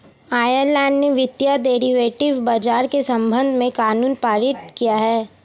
Ireland ने वित्तीय derivative बाजार के संबंध में कानून पारित किया है